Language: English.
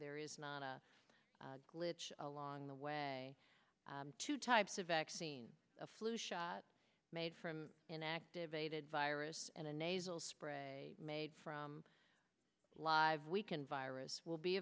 there is not a glitch along the way two types of vaccine a flu shot made from an activated virus and a nasal spray made from live we can virus will be